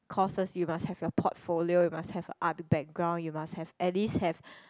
courses you must have your portfolio you must have other background you must have at least have